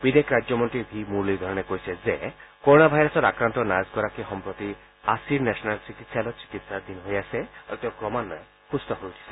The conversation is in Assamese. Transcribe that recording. বিদেশ ৰাজ্যমন্ত্ৰী ভি মুৰুলীধৰণে কৈছে যে কোৰোনা ভাইৰাছত আক্ৰান্ত নাৰ্ছগৰাকী সম্প্ৰতি আছিৰ নেশ্যনেল চিকিৎসাধীন হৈ আছে আৰু তেওঁ ক্ৰমান্বয়ে সৃস্থ হৈ উঠিছে